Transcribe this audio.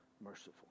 merciful